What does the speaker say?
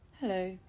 Hello